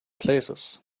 places